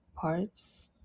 parts